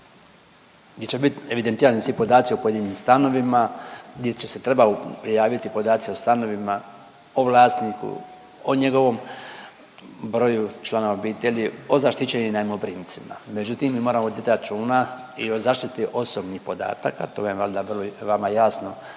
di će bit evidentirani svi podaci o pojedinim stanovima, di će se trebaju prijaviti podaci o stanovima, o vlasniku, o njegovom broju članova obitelji, o zaštićenim najmoprimcima. Međutim, mi moramo voditi računa i o zaštiti osobnih podataka, to vam je valjda